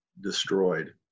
destroyed